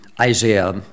Isaiah